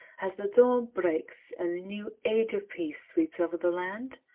as the dawn breaks, and a new age of peace sweeps over the land?